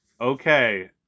Okay